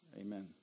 Amen